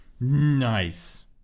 Nice